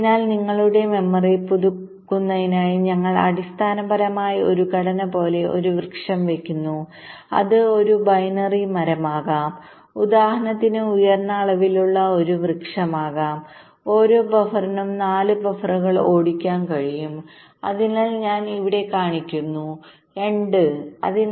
അതിനാൽ നിങ്ങളുടെ മെമ്മറി പുതുക്കുന്നതിനായി ഞങ്ങൾ അടിസ്ഥാനപരമായി ഒരു ഘടന പോലെ ഒരു വൃക്ഷം വെക്കുന്നു അത് ഒരു ബൈനറി മരമാകാം ഉദാഹരണത്തിന് ഉയർന്ന അളവിലുള്ള ഒരു വൃക്ഷമാകാം ഓരോ ബഫറിനും 4 ബഫറുകൾ ഓടിക്കാൻ കഴിയും അതിനാൽ ഇവിടെ ഞാൻ കാണിക്കുന്നു 2